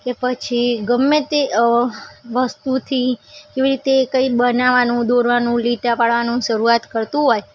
કે પછી ગમે તે વસ્તુથી કેવી રીતે કંઈ બનાવવાનું દોરવાનું લીટા પાડવાનું શરુઆત કરતું હોય